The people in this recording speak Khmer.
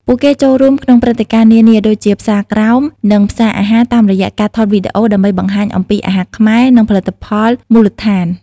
ពួកគេចូលរួមក្នុងព្រឹត្តិការណ៍នានា ដូចជា ផ្សារក្រោម និងផ្សារអាហារតាមរយៈការថតវីដេអូ ដើម្បីបង្ហាញអំពីអាហារខ្មែរ និងផលិតផលមូលដ្ឋាន។